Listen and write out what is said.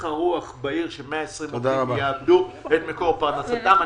הרוח בעיר כשד-120 עובדים יאבדו את מקור פרנסתם.